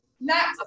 Next